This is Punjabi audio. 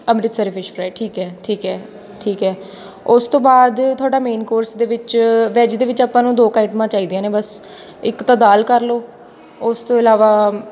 ਅੰਮ੍ਰਿਤਸਰ ਫਿਸ਼ ਫਰਾਏ ਠੀਕ ਹੈ ਠੀਕ ਹੈ ਠੀਕ ਹੈ ਉਸ ਤੋਂ ਬਾਅਦ ਤੁਹਾਡਾ ਮੇਨ ਕੋਰਸ ਦੇ ਵਿੱਚ ਵੈੱਜ ਦੇ ਵਿੱਚ ਆਪਾਂ ਨੂੰ ਦੋ ਕੁ ਆਈਟਮਾਂ ਚਾਹੀਦੀਆਂ ਨੇ ਬਸ ਇੱਕ ਤਾਂ ਦਾਲ ਕਰ ਲਉ ਉਸ ਤੋਂ ਇਲਾਵਾ